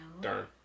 Darn